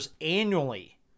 annually